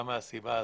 גם מהסיבה הזאת.